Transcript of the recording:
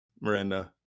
Miranda